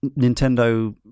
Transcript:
nintendo